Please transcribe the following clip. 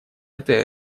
эта